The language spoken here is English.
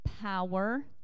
power